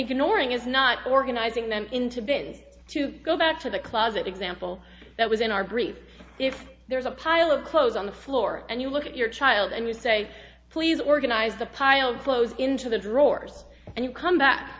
ignoring is not organizing them into bins to go back to the closet example that was in our grief if there is a pile of clothes on the floor and you look at your child and you say please organize the pile of clothes into the drawers and you come back